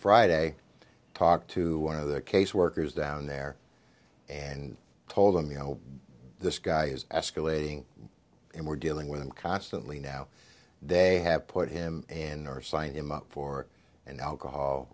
friday talked to one of the caseworkers down there and told them you know this guy is escalating and we're dealing with him constantly now they have put him and nursing him up for an alcohol